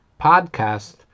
Podcast